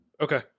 Okay